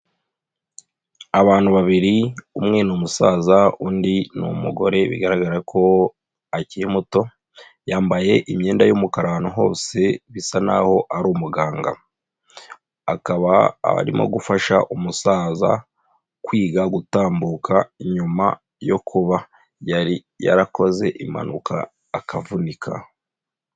Abantu babiri, umwe ni umusaza, undi ni umugore bigaragara ko akiri muto, yambaye imyenda y'umukara ahantu hose bisa naho ari umuganga. Akaba arimo gufasha umusaza kwiga gutambuka inyuma yo kuba yari yarakoze impanuka akavunika.